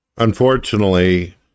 Unfortunately